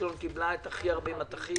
אשקלון קיבלה הכי הרבה מטחים